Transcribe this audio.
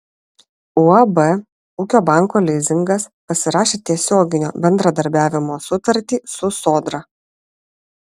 uab ūkio banko lizingas pasirašė tiesioginio bendradarbiavimo sutartį su sodra